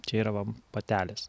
čia yra va patelės